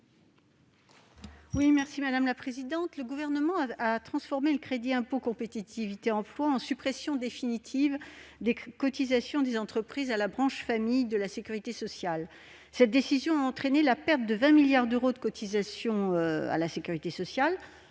à Mme Laurence Cohen. Le Gouvernement a transformé le crédit d'impôt pour la compétitivité et l'emploi en suppression définitive des cotisations des entreprises à la branche famille de la sécurité sociale. Cette décision a entraîné la perte de 20 milliards d'euros de cotisations, la remise